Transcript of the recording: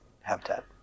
Habitat